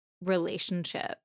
relationship